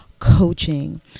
coaching